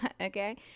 okay